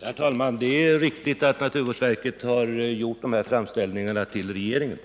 Herr talman! Det är riktigt att naturvårdsverket har gjort dessa framställningar till regeringen.